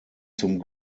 zum